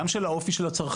גם של האופי של הצרכנים,